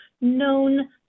known